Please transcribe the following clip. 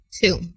Two